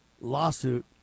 lawsuit